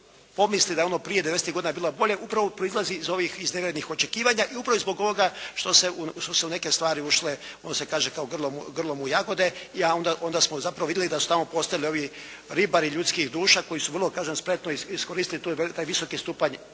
da je ono prije 90-tih godina bilo bolje upravo proizlazi iz ovih iznevjerenih očekivanja i upravo i zbog ovoga što su neke stvari ušle ono se kaže kao grlom u jagode, onda smo zapravo vidjeli da su tamo postavili tamo ribari ljudskih duša koji su vrlo kažem spretno iskoristili taj visoki stupanj